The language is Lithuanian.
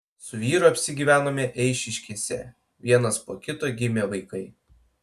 su vyru apsigyvenome eišiškėse vienas po kito gimė vaikai